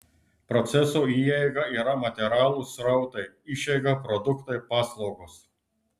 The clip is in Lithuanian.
procesų įeiga yra materialūs srautai išeiga produktai paslaugos